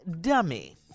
Dummy